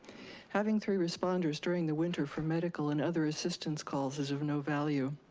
having three responders during the winter for medical and other assistance calls is of no value.